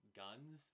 guns